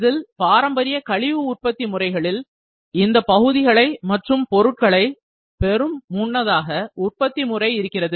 இதில் பாரம்பரிய கழிவு முறை உற்பத்தி முறைகளில் இந்த பகுதிகளை மற்றும் பொருட்களை பெறும் முன்பதாக உற்பத்தி முறை இருக்கிறது